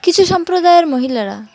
কিছু সম্প্রদায়ের মহিলারা